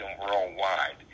worldwide